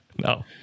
no